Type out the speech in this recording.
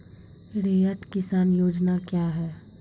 रैयत किसान योजना क्या हैं?